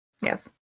Yes